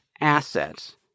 assets